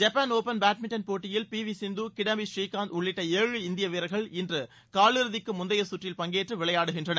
Japan open badminton போட்டியில் P V Sindhu Kidambi Srikanth உள்ளிட்ட ஏழு இந்திய வீரர்கள் இன்று காலிறுதிக்கு முந்தைய கற்றில் பங்கேற்று விளையாடுகின்றனர்